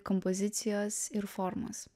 kompozicijos ir formos